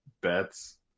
bets